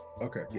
Okay